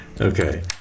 Okay